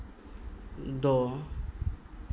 ᱫᱚ